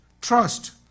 trust